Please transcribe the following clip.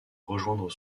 rejoindre